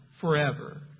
forever